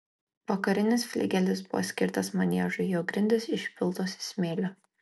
vakarinis fligelis buvo skirtas maniežui jo grindys išpiltos smėliu